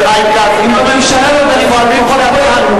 אם בממשלה לא דנים, שפה ידונו בהן.